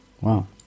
Wow